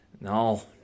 No